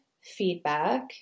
feedback